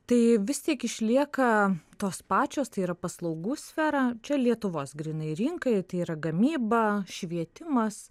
tai vis tiek išlieka tos pačios tai yra paslaugų sfera čia lietuvos grynai rinkai tai yra gamyba švietimas